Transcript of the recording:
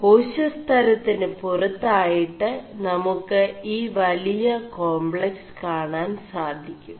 േകാശസ്തരøിനു പുറøായിƒ് നമു ് ഈ വലിയ േകാംgക്സ് കാണാൻ സാധി ും